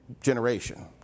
generation